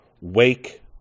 wake